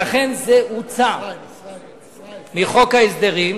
ואכן החוק הוצא מחוק ההסדרים